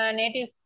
native